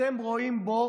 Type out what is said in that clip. אתם רואים בו